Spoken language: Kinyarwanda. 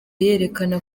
yerekana